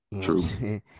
True